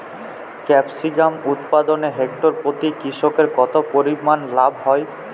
Capsicum উৎপাদনে hectare প্রতি কৃষকের কত পরিমান লাভ হয়?